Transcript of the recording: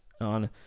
on